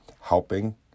helping